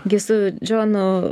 gi su džonu